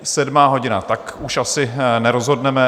Sedmá hodina, tak už asi nerozhodneme.